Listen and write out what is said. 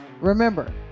Remember